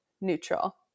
neutral